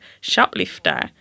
shoplifter